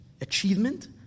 achievement